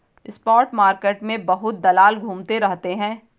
spot market में बहुत दलाल घूमते रहते हैं